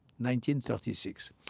1936